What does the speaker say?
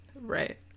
Right